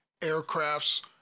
aircrafts